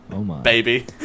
baby